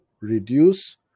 reduce